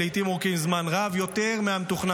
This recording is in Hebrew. ולעיתים אורכים זמן רב יותר מהמתוכנן.